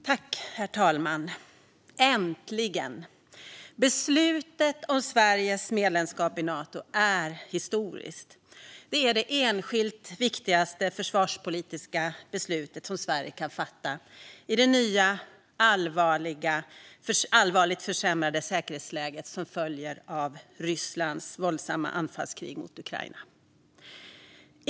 Herr talman! Äntligen! Beslutet om Sveriges medlemskap i Nato är historiskt. Det är det enskilt viktigaste försvarspolitiska beslut som Sverige kan fatta i det nya, allvarligt försämrade säkerhetsläge som följer av Rysslands våldsamma anfallskrig mot Ukraina.